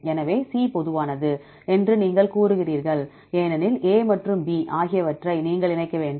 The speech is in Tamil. எனவே C பொதுவானது என்று நீங்கள் கூறுகிறீர்கள் ஏனெனில் A மற்றும் B ஆகியவற்றை நீங்கள் இணைக்க வேண்டும்